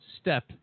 step